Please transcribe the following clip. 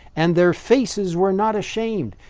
and their faces we're not ashamed.